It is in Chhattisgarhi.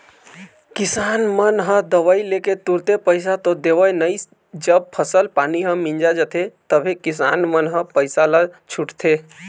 किसान मन ह दवई लेके तुरते पइसा तो देवय नई जब फसल पानी ह मिंजा जाथे तभे किसान मन ह पइसा ल छूटथे